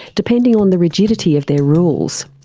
depending on the rigidity of their rules.